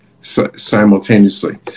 simultaneously